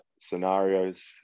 scenarios